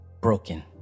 Broken